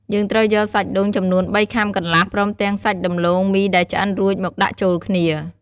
យើងត្រូវយកសាច់ដូងចំនួន ៣ខាំកន្លះ ព្រមទាំងសាច់ដំឡូងមីដែលឆ្អិនរួចមកដាក់ចូលគ្នា។